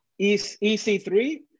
EC3